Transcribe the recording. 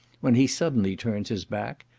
when he suddenly turns his back,